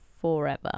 forever